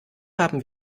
haben